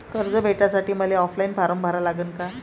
कर्ज भेटासाठी मले ऑफलाईन फारम भरा लागन का?